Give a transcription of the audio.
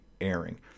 airing